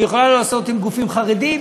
היא יכולה לא לעשות עם גופים חרדיים.